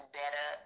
better